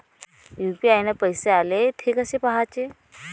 UPI न पैसे आले, थे कसे पाहाचे?